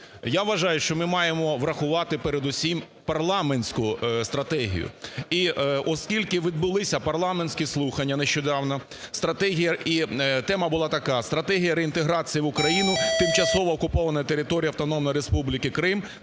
Я вважаю, що ми маємо врахувати передусім парламентську стратегію. І оскільки відбулися парламентські слухання нещодавно, і тема була така "Стратегія реінтеграції в Україну, тимчасово окупована територія Автономної Республіки Крим